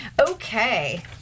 Okay